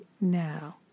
now